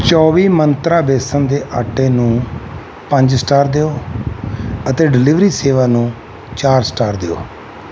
ਚੌਵੀ ਮੰਤਰਾ ਬੇਸਨ ਦੇ ਆਟੇ ਨੂੰ ਪੰਜ ਸਟਾਰ ਦਿਓ ਅਤੇ ਡਿਲੀਵਰੀ ਸੇਵਾ ਨੂੰ ਚਾਰ ਸਟਾਰ ਦਿਓ